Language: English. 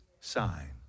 sign